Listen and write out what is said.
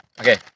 Okay